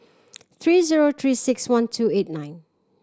three zero Three Six One two eight nine